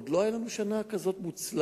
עוד לא היתה לנו שנה כזאת מוצלחת